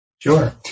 Sure